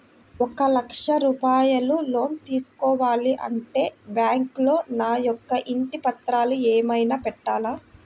ఒక లక్ష రూపాయలు లోన్ తీసుకోవాలి అంటే బ్యాంకులో నా యొక్క ఇంటి పత్రాలు ఏమైనా పెట్టాలా?